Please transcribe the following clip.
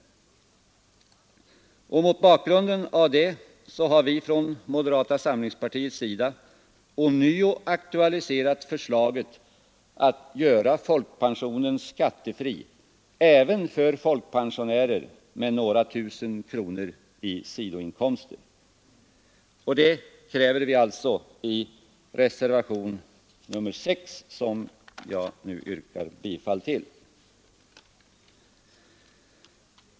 Mot bakgrunden av detta har vi från moderata samlingspartiets sida ånyo aktualiserat förslaget att göra folkpensionen skattefri även för folkpensionärer med några tusen kronor i sidoinkomster. Det kräver vi alltså i reservationen 6, som jag nu yrkar bifall till.